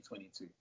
2022